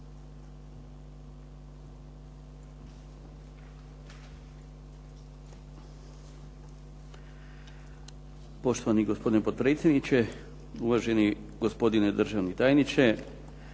Poštovani gospodine potpredsjedniče, uvaženi gospodine državni tajniče,